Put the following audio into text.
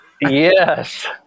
Yes